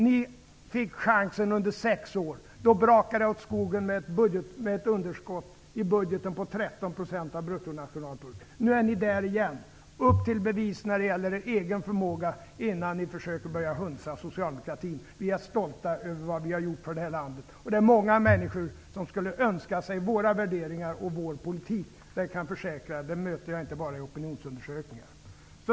Ni fick chansen under sex år. Då brakade det åt skogen med ett underskott i budgeten på 13 % av bruttonationalprodukten. Nu är ni där igen. Upp till bevis när det gäller er egen förmåga innan ni försöker börja hunsa socialdemokratin! Vi är stolta över vad vi har gjort för det här landet. Många människor skulle önska sig våra värderingar och vår politik -- det kan jag försäkra er. Den önskan möter jag inte bara i opinionsundersökningar.